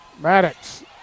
Maddox